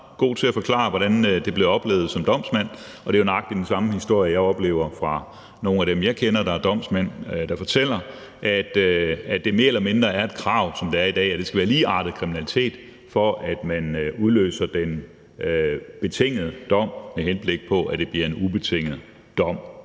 god til at forklare, hvordan det blev oplevet som domsmand, og det er jo nøjagtig den samme historie, jeg hører fra nogle af dem, jeg kender, som er domsmænd. De fortæller, at det mere eller mindre er et krav, som det er i dag, at det skal være ligeartet kriminalitet, for at det udløser, at den betingede dom bliver en ubetinget dom.